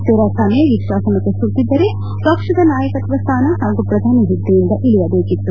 Teresa May ವಿಶ್ವಾಸ ಮತ ಸೋತಿದ್ದರೆ ಪಕ್ಷದ ನಾಯಕತ್ವ ಸ್ಥಾನ ಹಾಗೂ ಪ್ರಧಾನಿ ಹುದ್ದೆಯಿಂದ ಇಳಿಯಬೇಕಿತ್ತು